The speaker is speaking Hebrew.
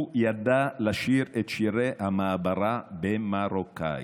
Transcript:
הוא ידע לשיר את שירי המעברה במרוקאית.